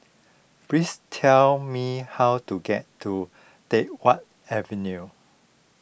please tell me how to get to Teck Whye Avenue